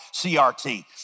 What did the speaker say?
CRT